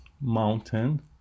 mountain